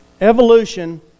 Evolution